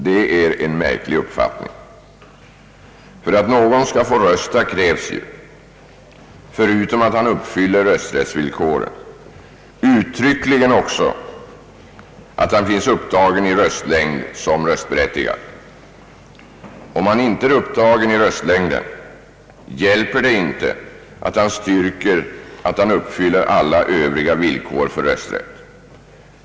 Detta är, herr talman, en märklig uppfattning. För att någon skall få rösta krävs ju, förutom att han uppfyller rösträttsvillkoren, uttryckligen också i samma paragraf — 16 § riksdagsordningen — att han finns upptagen i röstlängd som röstberättigad. När herr Norrby här läste upp en del av 16 § undanhöll han kammarens ledamöter den viktiga begränsning som sålunda finns införd härvidlag. Om man inte är upptagen i röstlängden hjälper det inte att styrka att man uppfyller alla övriga villkor för rösträtt.